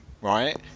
right